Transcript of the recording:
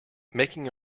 making